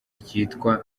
ryitwa